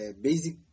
basic